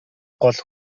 гол